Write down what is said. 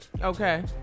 Okay